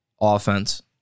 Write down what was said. offense